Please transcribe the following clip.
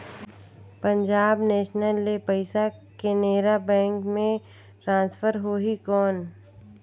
Punjab national ले पइसा Canara bank मे ट्रांसफर होहि कौन?